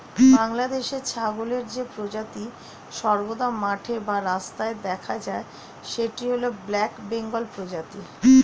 বাংলাদেশে ছাগলের যে প্রজাতি সর্বদা মাঠে বা রাস্তায় দেখা যায় সেটি হল ব্ল্যাক বেঙ্গল প্রজাতি